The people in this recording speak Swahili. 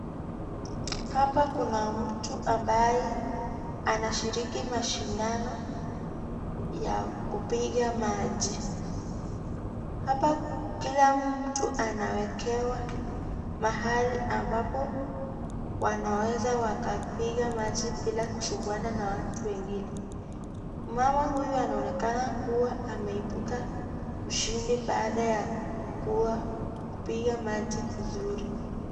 Hapa kuna mtu ambaye anashiriki mashindano ya kupiga maji. Hapa kila mtu anawekewa mahali ambapo wanaweza wakapiga maji bila kusumbana na watu wengine. Mama huyu anaonekana kuwa ameibuka mshindi baada ya kuwa kupiga maji vizuri.